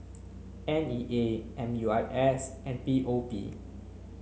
N E A M U I S and P O P